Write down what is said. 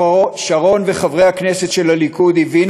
שרון וחברי הכנסת של הליכוד הבינו